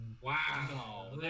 wow